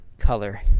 color